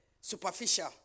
superficial